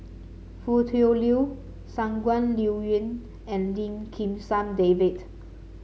Foo Tui Liew Shangguan Liuyun and Lim Kim San David